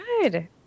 Good